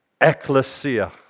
ecclesia